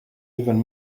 even